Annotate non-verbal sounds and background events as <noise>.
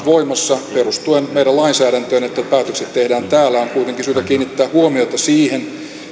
<unintelligible> voimassa perustuen meidän lainsäädäntöömme että ne päätökset tehdään täällä on kuitenkin syytä kiinnittää huomiota siihen